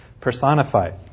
personified